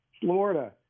Florida